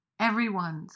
everyone's